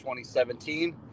2017